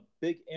big